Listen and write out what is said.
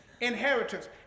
inheritance